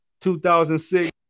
2006